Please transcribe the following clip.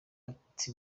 arts